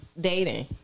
dating